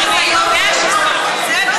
זה השיסוי.